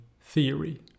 theory